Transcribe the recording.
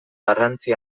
garrantzi